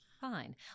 fine